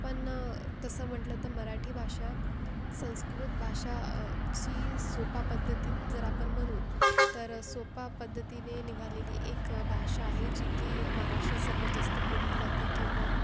पण तसं म्हटलं तर मराठी भाषा संस्कृत भाषाची सोपा पद्धतीत जर आपण म्हणू तर सोपा पद्धतीने निघालेली एक भाषा आहे जी की महाराष्ट्रात सर्वांत जास्त बोलली जाते किंवा